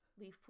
Leafpool